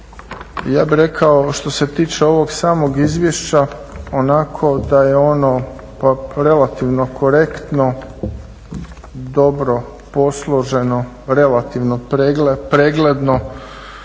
Ja bih rekao što se tiče ovog samog izvješća onako da je ono pa relativno korektno, dobro posloženo, relativno pregledno,